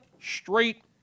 straight